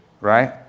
right